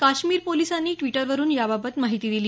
काश्मीर पोलिसांनी ड्वीटरवरून याबाबत माहिती दिली